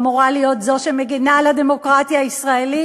אמורה להיות זאת שמגינה על הדמוקרטיה הישראלית,